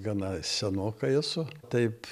gana senokai esu taip